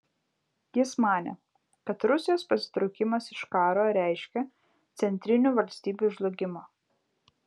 jis manė kad rusijos pasitraukimas iš karo reiškia centrinių valstybių žlugimą